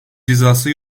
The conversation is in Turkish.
cezası